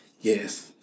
Yes